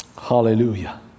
Hallelujah